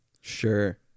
sure